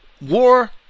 war